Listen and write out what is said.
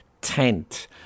tent